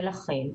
לכן,